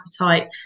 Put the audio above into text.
appetite